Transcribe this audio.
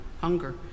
Hunger